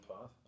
path